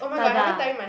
ta da